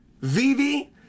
Vivi